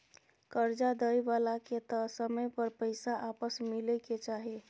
कर्जा दइ बला के तय समय पर पैसा आपस मिलइ के चाही